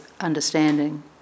understanding